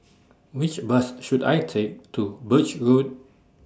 Which Bus should I Take to Birch Road